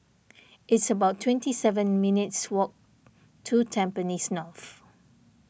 it's about twenty seven minutes' walk to Tampines North